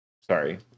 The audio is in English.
Sorry